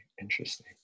Interesting